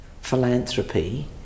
philanthropy